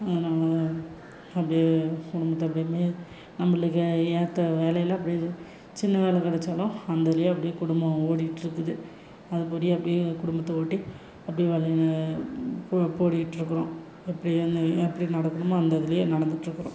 நாங்கள் அப்படியே குடும்பத்தை நம்மளுக்கு ஏற்ற வேலையில் அப்படியே சின்ன வேலை கெடைச்சாலும் அந்த அதுலேயே அப்படியே குடும்பம் ஓடிட்டுருக்குது அதுபடி அப்படியே குடும்பத்தை ஓட்டி அப்படியே போய்ட்ருக்குறோம் எப்படி எந்த எப்படி நடக்கணுமோ அதுலேயே நடந்துக்கிட்ருக்கிறோம்